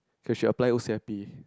they should apply old safety